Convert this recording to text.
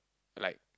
like